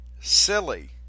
silly